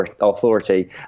authority